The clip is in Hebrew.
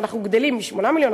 אנחנו גדלים מ-8 מיליון,